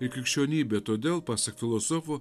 ir krikščionybė todėl pasak filosofo